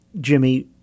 Jimmy